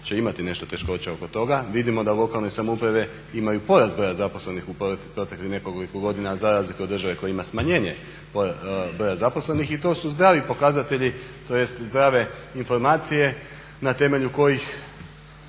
će imati nešto teškoća oko toga vidimo da lokalne samouprave imaju porast broja zaposlenih u proteklih nekoliko godina za razliku od države koja ima smanjenje broja zaposlenih. To su zdravi pokazatelji tj. zdrave informacije na temelju kojih